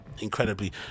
incredibly